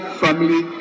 family